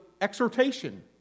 exhortation